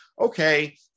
okay